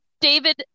David